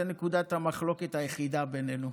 זו נקודת המחלוקת היחידה בינינו,